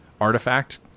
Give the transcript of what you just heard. artifact